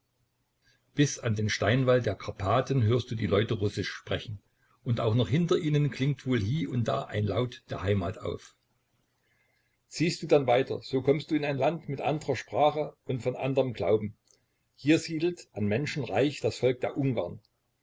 bis an den steinwall der karpathen hörst du die leute russisch sprechen und auch noch hinter ihnen klingt wohl hie und da ein laut der heimat auf ziehst du dann weiter so kommst du in ein land mit andrer sprache und von anderm glauben hier siedelt an menschen reich das volk der ungarn